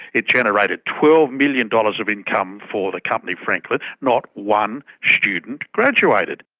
it generated twelve million dollars of income for the company franklin. not one student graduated.